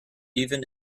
even